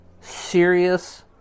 Serious